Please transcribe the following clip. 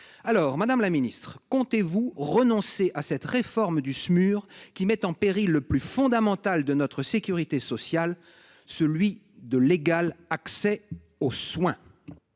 Alors, madame la ministre, comptez-vous renoncer à cette réforme du Smur, qui met en péril le principe le plus fondamental de notre sécurité sociale, celui de l'égal accès aux soins ?